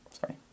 Sorry